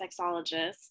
sexologist